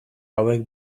hauek